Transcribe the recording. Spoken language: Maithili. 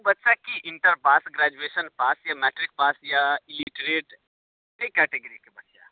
ओ बच्चा की इंटर पास ग्रैजुएशन पास या मैट्रिक पास या इलिटरेट कै केटगरीके बच्चा